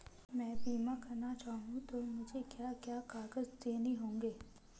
मैं बीमा करना चाहूं तो मुझे क्या क्या कागज़ देने होंगे?